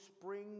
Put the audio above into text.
spring